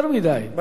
אז תודה.